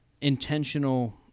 intentional